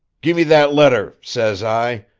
gimme that letter says i,